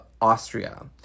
Austria